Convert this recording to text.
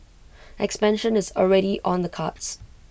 expansion is already on the cards